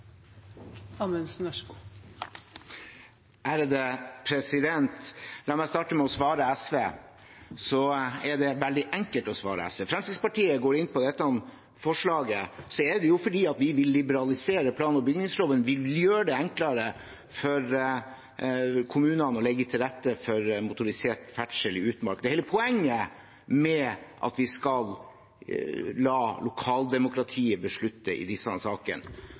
går inn for dette forslaget, er det fordi vi vil liberalisere plan- og bygningsloven. Vi vil gjøre det enklere for kommunene å legge til rette for motorisert ferdsel i utmark. Det er hele poenget med at vi skal la lokaldemokratiet beslutte i disse sakene.